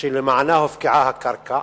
שלמענה הופקעה הקרקע,